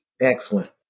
Excellent